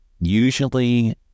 usually